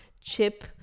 chip